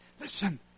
Listen